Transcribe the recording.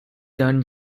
done